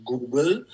Google